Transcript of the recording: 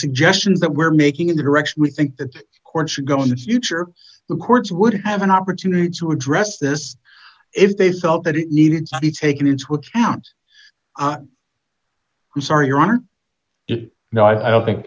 suggestions that we're making in the direction we think the court should go in the future the courts would have an opportunity to address this if they felt that it needed to be taken into account i'm sorry your honor no i don't think